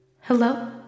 Hello